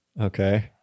Okay